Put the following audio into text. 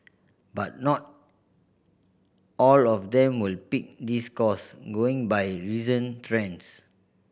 but not all of them will pick this course going by recent trends